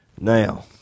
Now